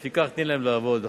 לפיכך, תני להם לעבוד.